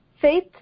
faith